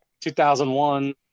2001